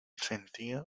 sentía